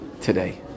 today